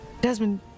Desmond